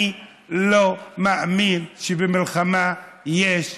אני לא מאמין שבמלחמה יש מוסריות.